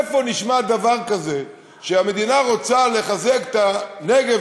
איפה נשמע דבר כזה שהמדינה רוצה לחזק את הנגב,